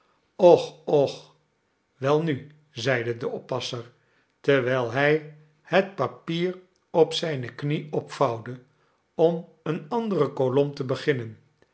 och och welnu i zeide de oppasser terwijl hij het papier op zijne knie opvouwde om eeneandere kolom te beginnen